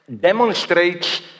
demonstrates